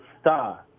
star